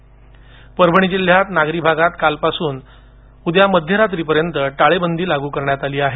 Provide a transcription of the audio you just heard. परभणी परभणी जिल्ह्यात नागरी भागात कालपासून उद्या मध्यरात्रीपर्यंत टाळेबंदी लागू करण्यात आली आहे